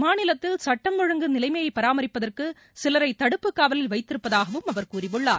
மாநிலத்தில் சட்டம் ஒழுங்கு நிலைமையை பராமரிப்பதற்கு சிலரை தடுப்பு காவலில் வைத்திருப்பதாகவும் அவர் கூறியுள்ளார்